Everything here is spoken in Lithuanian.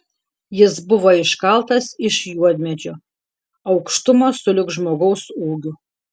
jis buvo iškaltas iš juodmedžio aukštumo sulig žmogaus ūgiu